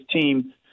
team